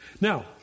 Now